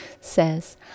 says